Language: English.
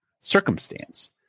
circumstance